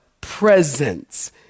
presence